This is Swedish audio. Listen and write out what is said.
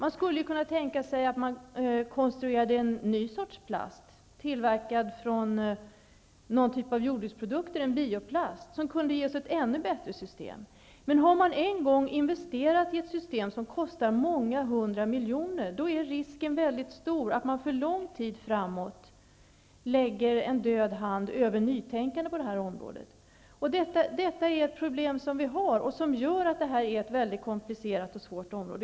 Man skulle kunna tänka sig att man konstruerade en ny sorts plast tillverkad av jordbruksprodukter, en bioplast. Denna skulle kunna ge oss ett ännu bättre system. Har man en gång investerat i ett system som kostar många hundra miljoner är risken mycket stor att man för lång tid framåt lägger en död hand över nytänkandet på det här området. Detta är ett problem som vi har och som gör att det här är ett mycket komplicerat och svårt område.